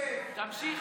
תמשיך,